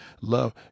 Love